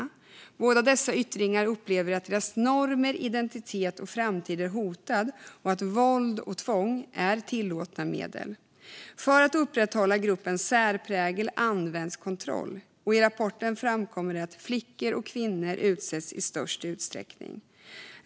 Inom båda dessa yttringar upplever anhängarna att deras normer, identitet och framtid är hotade och att våld och tvång är tillåtna medel. För att upprätthålla gruppens särprägel används kontroll, och det framkommer i rapporten att flickor och kvinnor utsätts i störst utsträckning.